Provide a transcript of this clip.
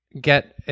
get